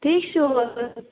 ٹھیٖک چھِو حظ